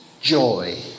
joy